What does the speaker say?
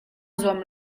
zuam